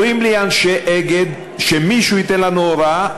אומרים לי אנשי "אגד": שמישהו ייתן לנו הוראה,